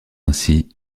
ainsi